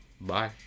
Bye